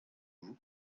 vous